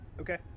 Okay